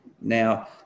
Now